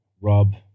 Rob